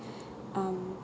um